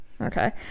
Okay